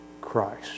Christ